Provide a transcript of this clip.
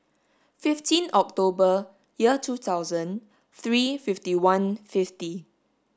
fifteen October year two thousand three fifty one fifty